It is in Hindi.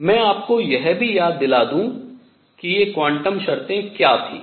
मैं आपको यह भी याद दिला दूं कि ये क्वांटम शर्तें क्या थीं